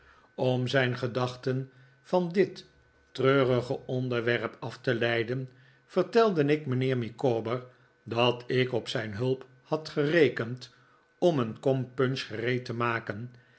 om zijn gedachten van dit treurige onderwerp af te leiden vertelde ik mijnheer micawber dat ik op zijn hulp had gerekend om een kom punch gereed te maken